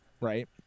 right